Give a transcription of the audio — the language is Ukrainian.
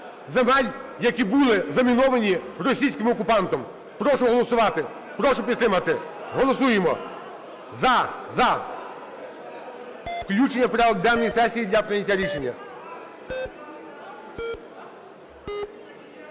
земель, які були заміновані російським окупантом. Прошу голосувати, прошу підтримати, голосуємо "за", за включення в порядок денний сесії для прийняття рішення.